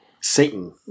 Satan